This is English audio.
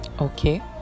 okay